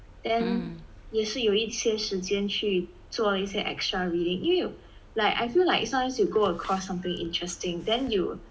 then 也是有一些时间去做一些 extra reading 因为 you like I feel like sometimes you go across something interesting then you